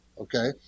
Okay